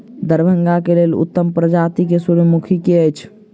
दरभंगा केँ लेल उत्तम प्रजाति केँ सूर्यमुखी केँ अछि?